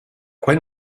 quel